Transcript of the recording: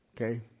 Okay